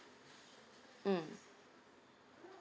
mm